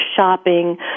shopping